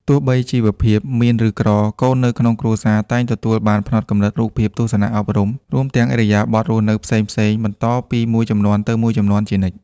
ទោះបីជីវភាពមានឬក្រ កូននៅក្នុងគ្រួសារតែងទទួលបានផ្នត់គំនិត រូបភាព ទស្សនៈអប់រំ រួមទាំងឥរិយាបថរស់នៅផ្សេងៗបន្តពីមួយជំនាន់ទៅមួយជំនាន់ជានិច្ច។